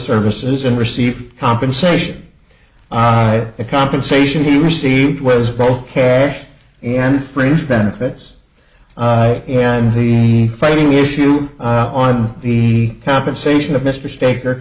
services and received compensation ira a compensation he received was both cash and fringe benefits and the fighting issue on the compensation of mr staker